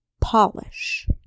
polish